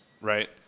right